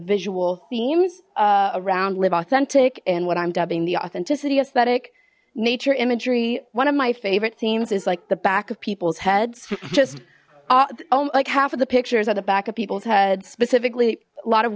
visual themes around live authentic and what i'm dubbing the authenticity aesthetic nature imagery one of my favorite scenes is like the back of people's heads just like half of the pictures at the back of people's heads specifically a lot of